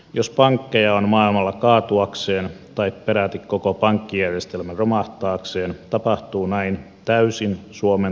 jos pankkeja on maailmalla kaatuakseen tai peräti koko pankkijärjestelmä on romahtaakseen tapahtuu näin täysin suomen toimista riippumatta